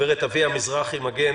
גברת אביה מזרחי מגן,